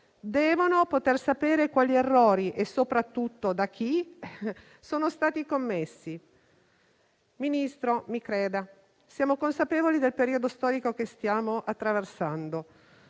devono poter sapere quali errori e soprattutto da chi sono stati commessi. Ministro, mi creda, siamo consapevoli del periodo storico che stiamo attraversando.